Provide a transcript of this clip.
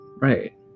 right